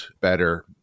better